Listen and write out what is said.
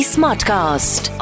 Smartcast